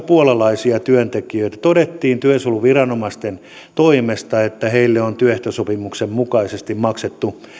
puolalaisia työntekijöitä työsuojeluviranomaisten toimesta todettiin että heille on työehtosopimuksen mukaisesti maksettu